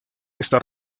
esta